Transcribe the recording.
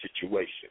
situation